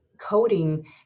coding